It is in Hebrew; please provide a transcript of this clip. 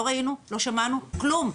לא ראינו, לא שמענו, כלום.